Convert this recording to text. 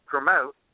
Promote